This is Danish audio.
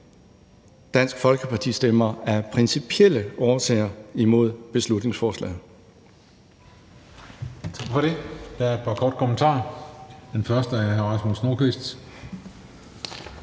Dansk Folkeparti stemmer af principielle årsager imod beslutningsforslaget.